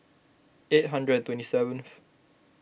eight hundred and twenty seventh